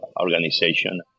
organization